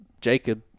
Jacob